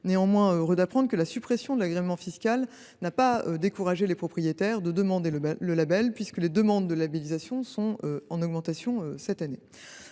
néanmoins heureux d’apprendre que la suppression dudit agrément fiscal n’a pas découragé les propriétaires de demander ce label, puisque les demandes de labellisation sont en augmentation cette année.